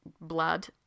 blood